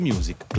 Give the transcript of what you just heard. Music